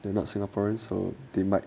they're not singaporean so they might